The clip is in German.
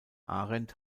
arendt